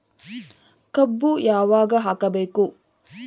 ಕಬ್ಬು ಯಾವಾಗ ಹಾಕಬೇಕು?